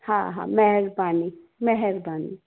हा हा महिरबानी महिरबानी